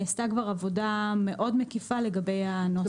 נעשתה כבר עבודה מאוד מקיפה לגבי הנוסח.